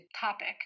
topic